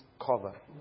cover